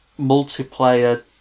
multiplayer